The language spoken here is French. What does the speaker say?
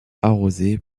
arrosée